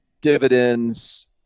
dividends